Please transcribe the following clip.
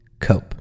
cope